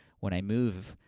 when i move,